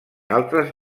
altres